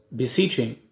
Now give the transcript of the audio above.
beseeching